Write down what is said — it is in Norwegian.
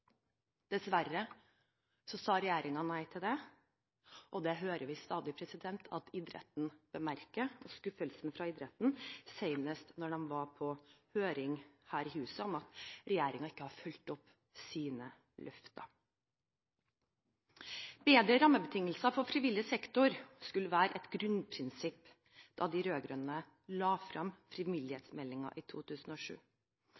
Dessverre sa regjeringen nei til det. Vi hører stadig at idretten bemerker skuffelsen – senest på høring her i huset – over at regjeringen ikke har fulgt opp sine løfter. Bedre rammebetingelser for frivillig sektor skulle være et grunnprinsipp da de rød-grønne la